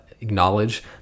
acknowledge